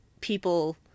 people